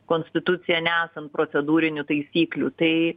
konstituciją nesant procedūrinių taisyklių tai